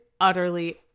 utterly